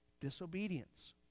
Disobedience